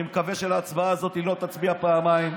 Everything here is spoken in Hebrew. אני מקווה שבהצבעה הזאת לא תצביע פעמיים.